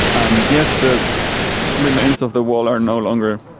and yes, the remains of the wall are no longer,